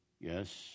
Yes